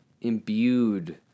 imbued